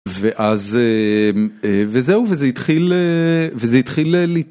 ואז וזהו, וזה התחיל לתת.